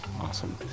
Awesome